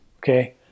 okay